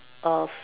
of